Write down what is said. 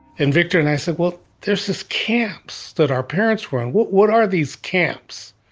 and victor and i said, well, there's this camps that our parents were on. what? what are these camps?